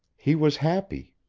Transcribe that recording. he was happy.